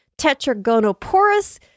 Tetragonoporus